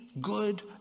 good